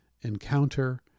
encounter